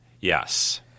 Yes